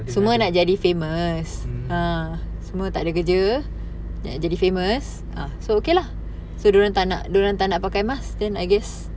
semua nak jadi famous ah semua tak ada kerja nak jadi famous ah so okay lah so dia orang tak nak pakai mask then like I guess